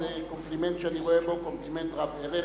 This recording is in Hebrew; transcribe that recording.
זה קומפלימנט שאני רואה בו קומפלימנט רב-ערך.